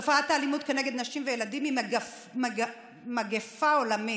תופעת האלימות נגד נשים וילדים היא מגפה עולמית.